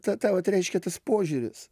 ta ta vat reiškia tas požiūris